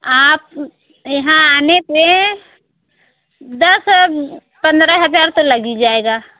आप यहाँ आने पर दस पंद्रह हज़ार तो लग ही जाएगा